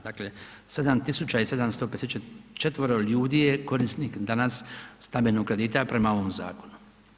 Dakle 7754.-ero ljudi je korisnik danas stambenog kredita prema ovom zakonu.